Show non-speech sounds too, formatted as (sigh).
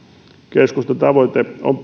keskustan tavoite on (unintelligible)